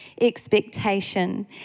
Expectation